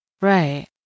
Right